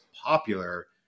popular